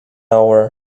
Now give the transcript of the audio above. hour